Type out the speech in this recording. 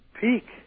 Peak